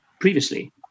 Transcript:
previously